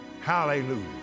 Hallelujah